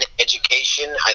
education